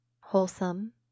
wholesome